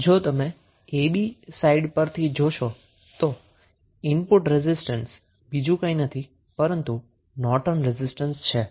આમ જો તમે a b સાઈડ પરથી જોશો તો ઈનપુટ રેઝિસ્ટન્સ બીજું કંઈ નથી પરંતુ નોર્ટન રેઝિસ્ટન્સ છે